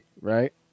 right